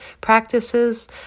practices